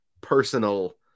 personal